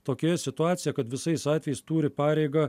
tokioje situacijoje kad visais atvejais turi pareigą